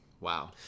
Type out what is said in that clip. Wow